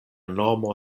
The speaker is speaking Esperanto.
nomo